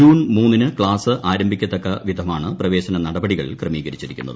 June മൂന്നിന് class ആരംഭിക്കത്തക്കവിധമാണ് പ്രവേശനനടപടികൾ ക്രമീകരിച്ചിരിക്കുന്നത്